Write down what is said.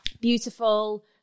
beautiful